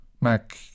Mac